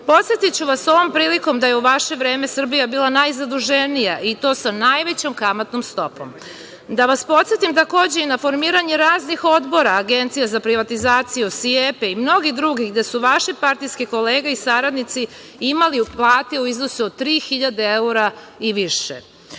Podsetiću vas ovom prilikom da je u vaše vreme Srbija bila najzaduženija i to sa najvećom kamatnom stopom. Da vas podsetim takođe i na formiranje raznih odbora, agencija za privatizaciju, SIEPA i mnogih drugih gde su vaše partijske kolege i saradnici imali plate u iznosu od 3.000 evra i